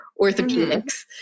orthopedics